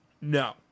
No